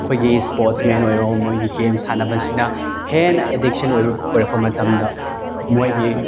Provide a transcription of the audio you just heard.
ꯑꯩꯈꯣꯏꯒꯤ ꯏꯁꯄꯣꯔꯠꯃꯦꯟ ꯑꯣꯏꯔꯣ ꯃꯣꯏꯒꯤ ꯒꯦꯝ ꯁꯥꯟꯅꯕꯁꯤꯅ ꯍꯦꯟꯅ ꯑꯦꯗꯤꯛꯁꯟ ꯑꯣꯏꯔꯛꯄ ꯃꯇꯝꯗ ꯃꯣꯏꯒꯤ